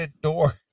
door